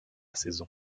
saison